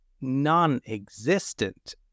non-existent